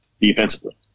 defensively